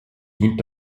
dient